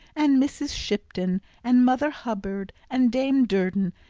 and mrs. shipton, and mother hubbard, and dame durden,